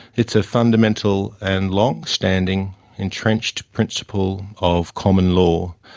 it's a fundamental and longstanding entrenched principle of common law.